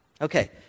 Okay